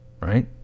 right